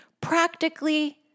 practically